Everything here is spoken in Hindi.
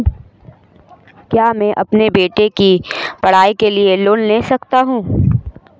क्या मैं अपने बेटे की पढ़ाई के लिए लोंन ले सकता हूं?